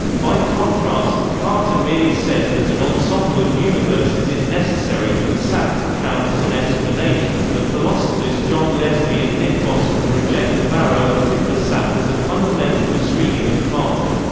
by contrast, carter merely says that an ensemble of universes is necessary for the sap to count as an explanation the philosophers john leslie and nick bostrom reject the barrow and tipler sap as a fundamental misreading of carter.